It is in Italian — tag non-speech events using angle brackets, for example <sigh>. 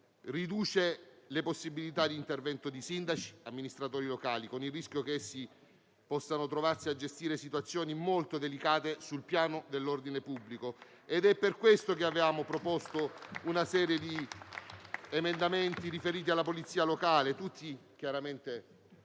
riduce le possibilità di intervento di sindaci e amministratori locali, con il rischio che essi possano trovarsi a gestire situazioni molto delicate sul piano dell'ordine pubblico. <applause> È per questo che avevamo proposto una serie di emendamenti riferiti alla polizia locale - tutti chiaramente